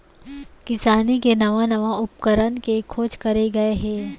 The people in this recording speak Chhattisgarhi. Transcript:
किसानी के नवा नवा उपकरन के खोज करे गए हे